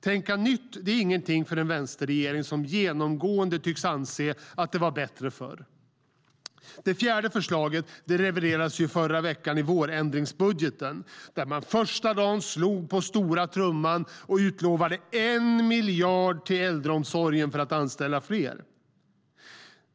Tänka nytt är inget för en vänsterregering som genomgående tycks anse att det var bättre förr. Det fjärde förslaget levererades i förra veckan i vårändringsbudgeten, där man första dagen slog på stora trumman och utlovade en miljard till äldreomsorgen för att anställa fler.